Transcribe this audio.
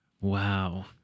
Wow